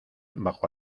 bajo